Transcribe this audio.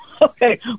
Okay